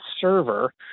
server